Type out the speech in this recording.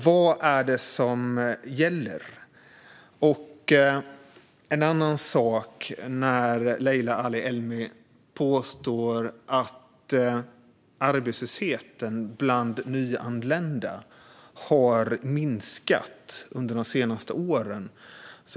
Vad är det som gäller? En annan sak är att Leila Ali-Elmi påstår att arbetslösheten bland nyanlända har minskat under de senaste åren.